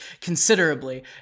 considerably